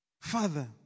Father